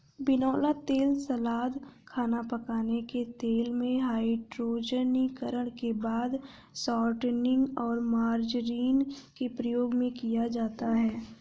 बिनौला तेल सलाद, खाना पकाने के तेल में, हाइड्रोजनीकरण के बाद शॉर्टनिंग और मार्जरीन में प्रयोग किया जाता है